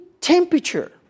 temperature